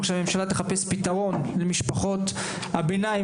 שהממשלה תחפש פתרון למשפחות הביניים,